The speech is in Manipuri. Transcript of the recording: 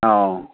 ꯑꯥꯎ